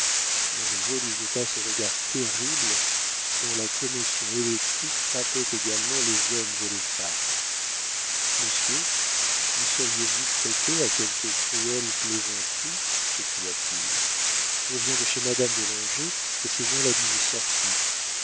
parente montriveau lui jeta ce regard terrible dont la commotion électrique frappait également les hommes et les femmes monsieur vous seriez-vous prêté à quelque cruelle plaisanterie s'écria-t-il je viens de chez madame de langeais et ses gens la disent sortie